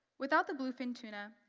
without the bluefin tuna,